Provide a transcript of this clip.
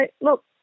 look